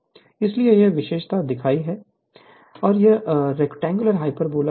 इसीलिए यह विशेषता दिखती है जैसे रैक्टेंगुलर हाइपरबोला